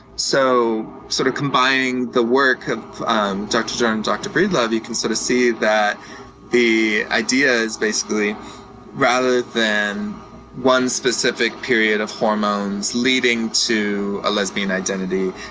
so, sort of combining the work of um dr. jordan and dr. breedlove, you can sort of see that the idea is basically rather than one specific period of hormones leading to a lesbian identity,